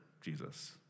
Jesus